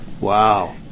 Wow